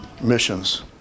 missions